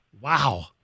Wow